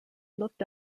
looked